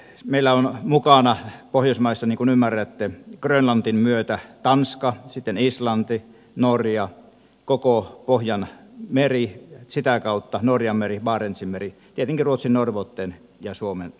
meillä on mukana pohjoismaissa niin kuin ymmärrätte grönlannin myötä tanska sitten islanti norja koko pohjanmeri sitä kautta norjanmeri barentsinmeri tietenkin ruotsin norrbotten ja suomen lappi